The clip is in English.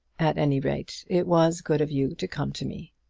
at any rate it was good of you to come to me.